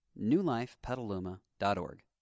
newlifepetaluma.org